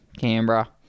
Canberra